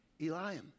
Eliam